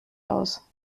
aus